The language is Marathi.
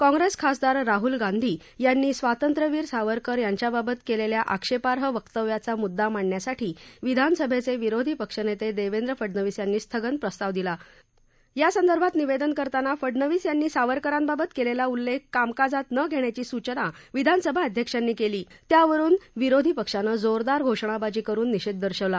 काँग्रेस खासदार राहल गांधी यांनी स्वातंत्र्यवीर सावरकर यांच्याबाबत केलेल्या आक्षेपार्ह वक्तव्याचा मुद्दा मांडण्यासाठी विधानसभेचे विरोधी पक्षनेते देवेंद्र फडनवीस यांनी स्थगन प्रस्ताव दिला यासंदर्भात निवेदन करताना फडनवीस यांनी सावरकरांबाबत केलेला उल्लेख कामकाजात न घेण्याची सूचना विधानसभा अध्यक्षांनी केली त्यावरून विरोधी पक्षानं जोरदार घोषणाबाजी करून निषेध दर्शवला